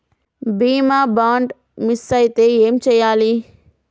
బీమా bond miss అయితే ఏం చేయాలి?